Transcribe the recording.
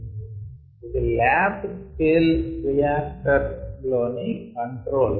ఇది lab scale bioreactor లోని controls